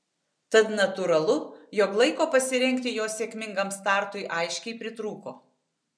tad natūralu jog laiko pasirengti jo sėkmingam startui aiškiai pritrūko